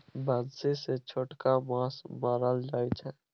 बंसी सँ छोटका माछ मारल जाइ छै